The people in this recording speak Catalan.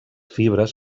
fibres